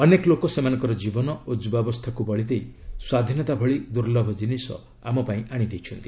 ଅନେକ ଲୋକ ସେମାନଙ୍କର ଜୀବନ ଓ ଯୁବାବସ୍ଥାକୁ ବଳି ଦେଇ ସ୍ୱାଧୀନତା ଭଳି ଦୁର୍ଲ୍ଲଭ ଜିନିଷ ଆମ ପାଇଁ ଆଣିଦେଇଛନ୍ତି